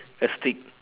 a stick